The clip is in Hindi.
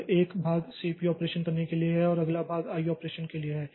तो एक भाग सीपीयू ऑपरेशन करने के लिए है और अगला भाग आईओ ऑपरेशन के लिए है